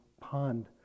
pond